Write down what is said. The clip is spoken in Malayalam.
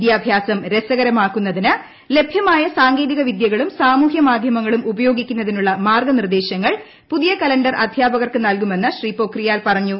വിദ്യാഭ്യാസം രസകരമാക്കുന്നതിന് ലഭ്യമായ സാങ്കേതിക വിദ്യകളും സാമൂഹ്യ മാധ്യമങ്ങളും ഉപയോഗിക്കുന്നതിനുള്ള മാർഗ്ഗനിർദ്ദേശങ്ങൾ പുതിയ കലണ്ടർ അധ്യാപക്ക്ർക്ക് നൽകുമെന്ന് ശ്രീ പൊഖ്രിയാൽ പറഞ്ഞു